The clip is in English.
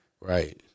right